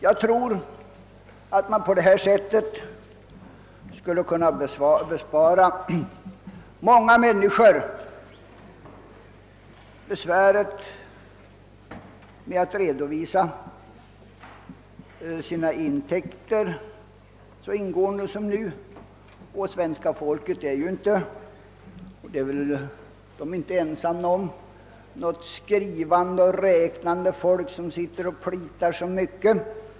Jag tror att man på detta sätt skulle kunna bespara många människor besväret att redovisa sina intäkter så ingående som nu; svenska folket är ju inte — och det är det väl inte ensamt om — något skrivande och räknande folk som sitter och plitar så mycket.